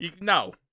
No